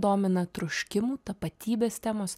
domina troškimų tapatybės temos